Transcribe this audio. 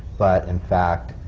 but in fact,